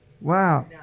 Wow